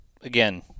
again